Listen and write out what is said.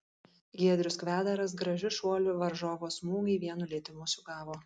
giedrius kvedaras gražiu šuoliu varžovo smūgį vienu lietimu sugavo